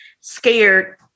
scared